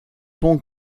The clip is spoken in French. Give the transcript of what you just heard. ponts